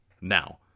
Now